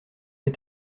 est